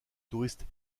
touristes